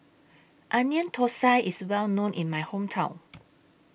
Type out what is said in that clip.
Onion Thosai IS Well known in My Hometown